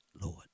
Lord